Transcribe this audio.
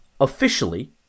officially